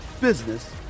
business